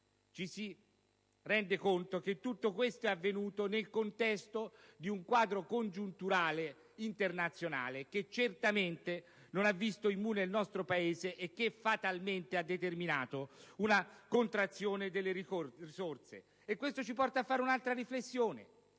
ci si rende conto che tutto questo è avvenuto nel contesto di un quadro congiunturale internazionale che certamente non ha visto immune il nostro Paese e che fatalmente ha determinato una contrazione delle risorse. Questo ci porta a fare un'altra riflessione